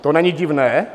To není divné?